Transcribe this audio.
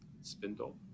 Spindle